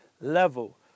Level